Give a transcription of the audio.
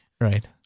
right